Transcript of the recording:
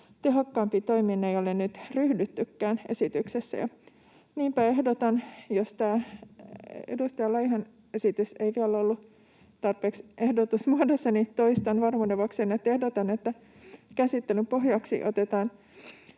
tehokkaampiin toimiin. Niinpä ehdotan — jos tämä edustaja Laihon esitys ei vielä ollut tarpeeksi ehdotusmuodossa, niin toistan varmuuden vuoksi sen — että käsittelyn pohjaksi otetaan